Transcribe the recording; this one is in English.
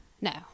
no